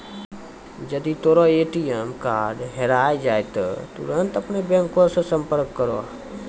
जदि तोरो ATM card हेराय जाय त तुरन्ते अपनो बैंको से संपर्क करो